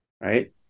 Right